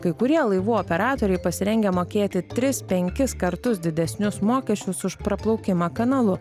kai kurie laivų operatoriai pasirengę mokėti tris penkis kartus didesnius mokesčius už praplaukimą kanalu